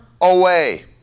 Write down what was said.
away